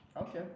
Okay